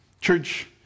Church